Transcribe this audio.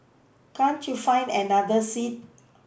can't you find another seat